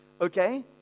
okay